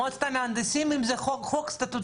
מועצת המהנדסים אם זה חוק סטטוטורי,